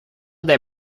dai